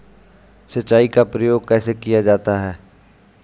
सिंचाई का प्रयोग कैसे किया जाता है?